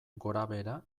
gorabehera